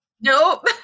Nope